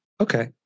Okay